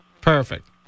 Perfect